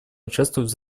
участвовать